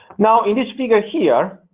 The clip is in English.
now in this figure here,